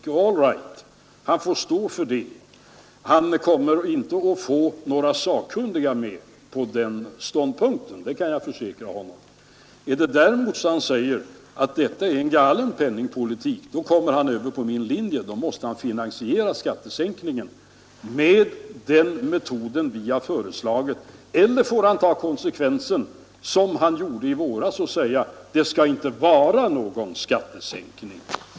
Och all right, han får stå för det. Han kommer inte att få några sakkunniga med på den ståndpunkten — det kan jag försäkra honom. Är det däremot så att han säger att detta är en galen penningpolitik, så kommer han över på min linje. Då måste han finansiera skattesänkningen med den metod som vi har föreslagit eller också får han ta konsekvensen, som han gjorde i våras, och säga: Det skall inte vara någon skattesänkning.